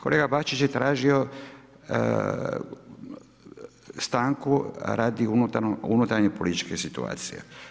Kolega Bačić je tražio stanku radi unutarnje politike situacije.